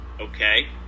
Okay